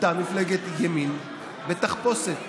אתה מפלגת ימין בתחפושת,